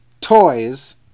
Toys